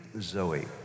zoe